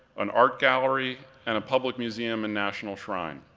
an art gallery, and a public museum and national shrine,